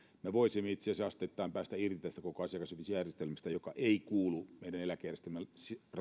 me voisimme itse asiassa asteittain päästä irti tästä koko asiakashyvitysjärjestelmästä joka ei kuulu meidän eläkejärjestelmämme